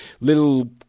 little